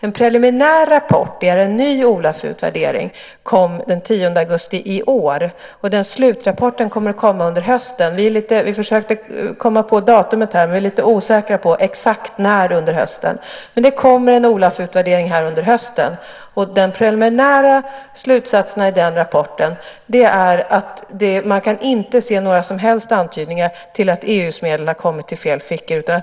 En preliminär rapport, en ny OLAF-utvärdering kom den 10 augusti i år. Slutrapporten kommer att komma under hösten. Vi försökte komma på datumet här. Vi är lite osäkra på exakt när under hösten. Men det kommer en OLAF-utvärdering under hösten. De preliminära slutsatserna i den rapporten är att man inte kan se några som helst antydningar till att EU:s medel har kommit i fel fickor.